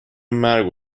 مرگ